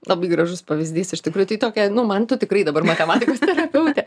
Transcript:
labai gražus pavyzdys iš tikrųjų tai tokia nu man tu tikrai dabar matematikos terapeutė